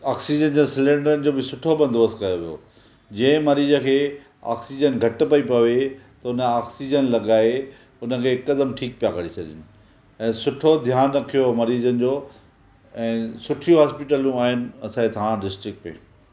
oxygen जो सिलेंडरनि जो बि सुठो बंदोबस्तु कयो हो जे मरीज खें ऑक्सीजन घटि पई पए त हुन ऑक्सीजन लॻाए हुनखें हिकदमि ठीकु पिया करे छॾण ऐं सुठो ध्यानु रखियो मरीजनि जो ऐं सुठियूं हॉस्पिटलूं आहिनि असांजे ठाणा डिस्ट्रिक्ट में